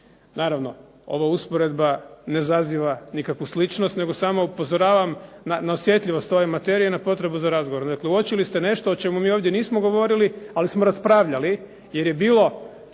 Naravno, ova usporedba ne zaziva nikakvu sličnost, nego samo upozoravam na osjetljivost ove materije i na potrebu za razgovor. Dakle uočili ste nešto o čemu mi ovdje nismo govorili, ali smo raspravljali jer je bilo